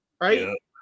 right